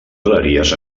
galeries